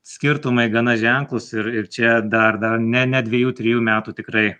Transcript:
skirtumai gana ženklūs ir ir čia dar dar ne ne dvejų trejų metų tikrai